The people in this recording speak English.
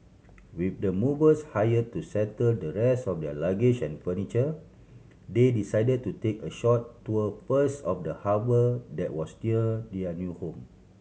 with the movers hire to settle the rest of their luggage and furniture they decide to take a short tour first of the harbour that was near their new home